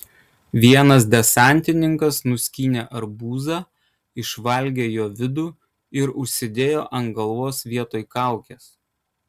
vienas desantininkas nuskynė arbūzą išvalgė jo vidų ir užsidėjo ant galvos vietoj kaukės